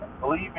Believe